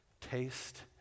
taste